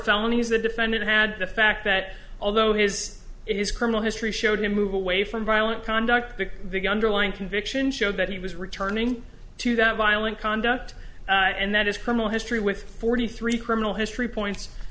felonies the defendant had the fact that although his his criminal history showed a move away from violent conduct big big underlying conviction showed that he was returning to that violent conduct and that his criminal history with forty three criminal history points